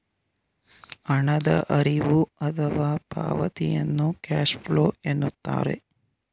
ಹಣದ ಹರಿವು ಅಥವಾ ಪಾವತಿಯನ್ನು ಕ್ಯಾಶ್ ಫ್ಲೋ ಎನ್ನುತ್ತಾರೆ